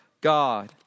God